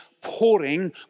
pouring